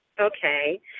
okay